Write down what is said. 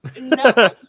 no